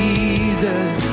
Jesus